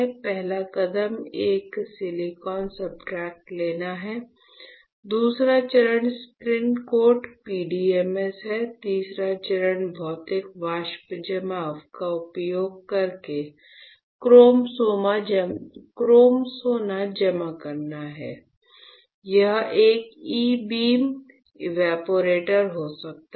पहला कदम एक सिलिकॉन सब्सट्रेट लेना है दूसरा चरण स्पिन कोट PDMS है तीसरा चरण भौतिक वाष्प जमाव का उपयोग करके क्रोम सोना जमा करना है यह एक ई बीम एवापोरेटर हो सकता है